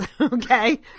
Okay